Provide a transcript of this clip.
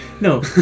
No